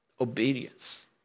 Obedience